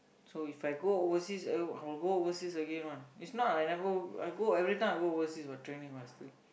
so If I go overseas uh I will go overseas again [one] is not I never I go everytime I go overseas for training [what] still